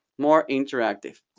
more interactive.